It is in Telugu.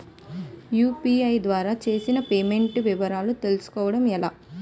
యు.పి.ఐ ద్వారా చేసిన పే మెంట్స్ వివరాలు తెలుసుకోవటం ఎలా?